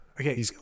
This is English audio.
Okay